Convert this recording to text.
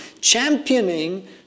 championing